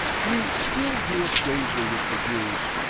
we still deal strangely with the jews.